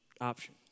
option